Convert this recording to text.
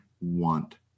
want